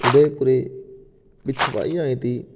उदयपुरे बिछवैया इति